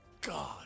God